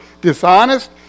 dishonest